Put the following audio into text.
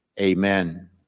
amen